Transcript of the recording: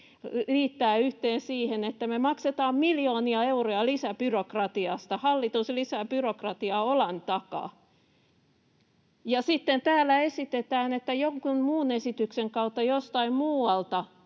liittää yhteen siihen, että me maksetaan miljoonia euroja lisäbyrokratiasta... Hallitus lisää byrokratiaa olan takaa, ja sitten täällä esitetään, että jonkun muun esityksen kautta jostain muualta